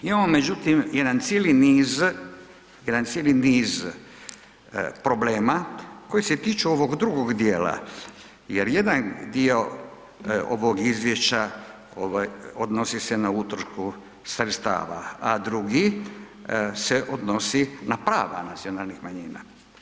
Imamo međutim jedan cijeli niz problema koji se tiču ovog drugog djela, jer jedan dio ovog izvješća odnosi se na utrošku sredstava a drugi se odnosi na prava nacionalnih manjina.